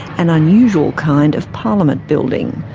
an unusual kind of parliament building.